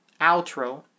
outro